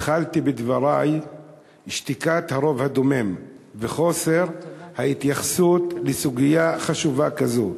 התחלתי בדברי בשתיקת הרוב הדומם וחוסר ההתייחסות לסוגיה חשובה כזאת.